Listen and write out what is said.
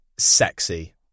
sexy